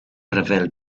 ryfel